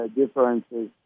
differences